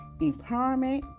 empowerment